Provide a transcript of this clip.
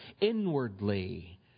inwardly